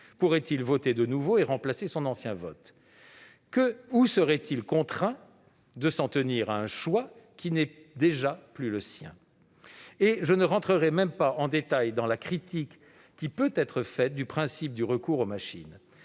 Pourrait-il voter de nouveau et remplacer son ancien vote ? Ou serait-il contraint de s'en tenir à un choix qui n'est déjà plus le sien ? Je n'entrerai même pas dans le détail de la critique qui peut être faite du principe du recours aux machines.